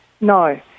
No